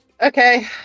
okay